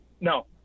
No